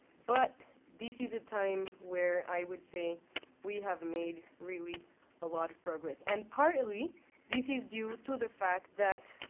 but this is a time where i would say we have made really a lot of progress. and partly this is due to the fact that